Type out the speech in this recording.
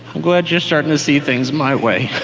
glad you're starting to see things my way.